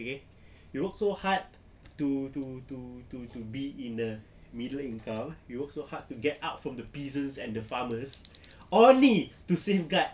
okay you work so hard to to to to be in the middle income you work so hard to get out of the peasants and the farmers only only to safeguard